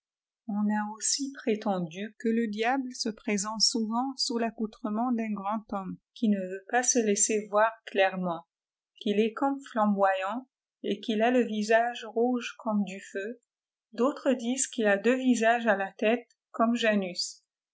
on a aussi prétendu que le diable se présente souvent sous taccou trament d'un grand hoiime qui ne veut pas se laisser voir clairement qu'il est comme flamboyant et qu'il a le visage rouçe comm du feu d'autres disent qu'il a deux visages à la tête comme janus